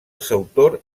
sautor